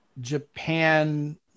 Japan